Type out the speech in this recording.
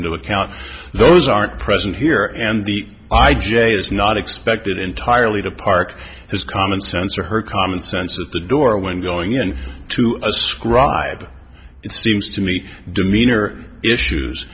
into account those aren't present here and the i j is not expected entirely to park his commonsense or her common sense at the door when going in to ascribe it seems to me demeanor issues